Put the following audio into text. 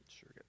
Sure